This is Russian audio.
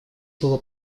было